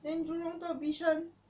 then jurong 到 bishan